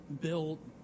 built